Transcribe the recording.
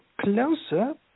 closer